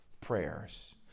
prayers